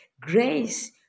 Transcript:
grace